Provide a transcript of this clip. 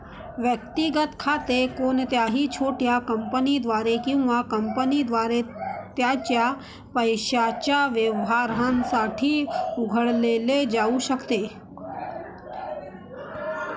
वैयक्तिक खाते कोणत्याही छोट्या कंपनीद्वारे किंवा कंपनीद्वारे त्याच्या पैशाच्या व्यवहारांसाठी उघडले जाऊ शकते